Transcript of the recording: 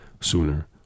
sooner